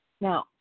Now